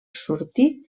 sortir